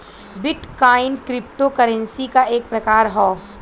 bit coin crypto currency क एक प्रकार हौ